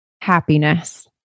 happiness